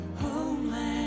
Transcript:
Homeland